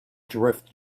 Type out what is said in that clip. drift